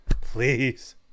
please